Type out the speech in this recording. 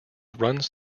runs